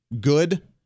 good